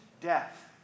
death